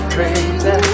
Crazy